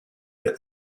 yet